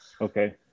okay